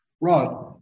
rod